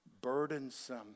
burdensome